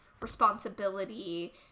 responsibility